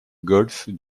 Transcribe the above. golfe